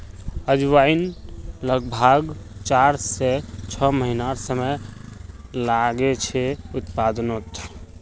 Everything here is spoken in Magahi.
अजवाईन लग्ब्भाग चार से छः महिनार समय लागछे उत्पादनोत